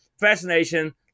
fascination